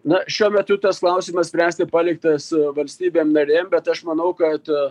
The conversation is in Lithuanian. na šiuo metu tas klausimas spręsti paliktas valstybėm narėm bet aš manau kad